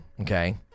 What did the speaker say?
okay